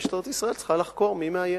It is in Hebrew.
משטרת ישראל צריכה לחקור מי מאיים,